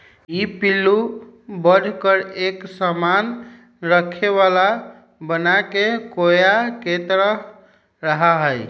ई पिल्लू बढ़कर एक सामान रखे वाला बनाके कोया के तरह रहा हई